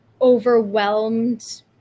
overwhelmed